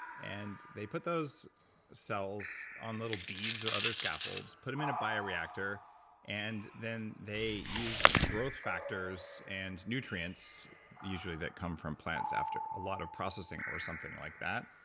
and they put those cells on little beads or other scaffolds, but them in a bioreactor and then they use growth factors and nutrients, usually that come from plants after a lot of processing or something like that,